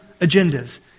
agendas